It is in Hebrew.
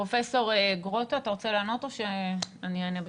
פרופ' גרוטו, אתה רוצה לענות או שאני אענה בשמכם?